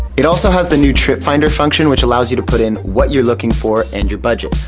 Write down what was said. it also has the new trip finder function, which allows you to put in what you're looking for and your budget.